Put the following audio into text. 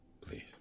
Please